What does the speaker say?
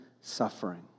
suffering